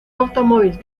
automóvil